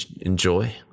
enjoy